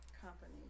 company